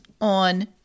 on